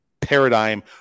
paradigm